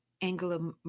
Angela